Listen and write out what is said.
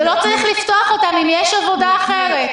ולא צריך לפתוח אותו, אם יש עבודה אחרת.